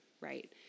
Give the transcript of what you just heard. right